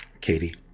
Katie